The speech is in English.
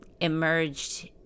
emerged